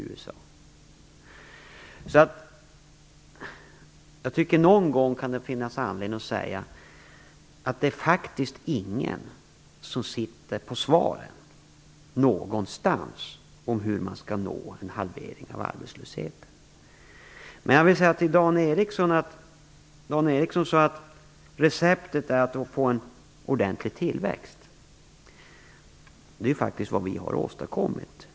Det kan finnas anledning att någon gång säga att det inte är någon som sitter med svaren - inte någonstans - på frågan hur man skall uppnå en halvering av arbetslösheten. Dan Ericsson sade att receptet är att få en ordentlig tillväxt. Det är faktiskt vad vi har åstadkommit.